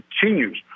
continues